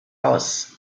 aus